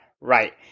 right